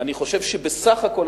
אני חושב שבסך הכול,